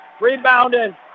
Rebounded